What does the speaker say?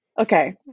Okay